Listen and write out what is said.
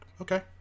okay